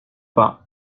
pas